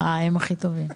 הם הכי טובים.